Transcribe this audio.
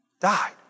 died